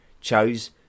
chose